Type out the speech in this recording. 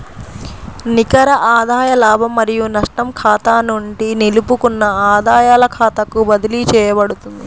నికర ఆదాయ లాభం మరియు నష్టం ఖాతా నుండి నిలుపుకున్న ఆదాయాల ఖాతాకు బదిలీ చేయబడుతుంది